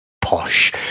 posh